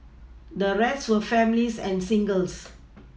the rest were families and singles